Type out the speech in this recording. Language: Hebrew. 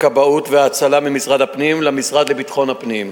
הכבאות וההצלה ממשרד הפנים למשרד לביטחון הפנים.